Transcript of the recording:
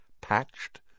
Patched